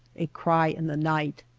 a cry in the night!